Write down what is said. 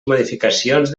modificacions